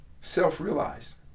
self-realized